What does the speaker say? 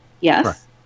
yes